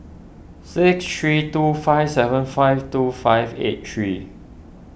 six three two five seven five two five eight three